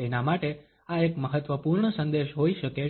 તેના માટે આ એક મહત્વપૂર્ણ સંદેશ હોઈ શકે છે